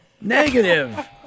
Negative